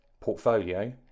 portfolio